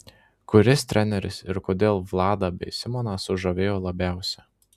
kuris treneris ir kodėl vladą bei simoną sužavėjo labiausiai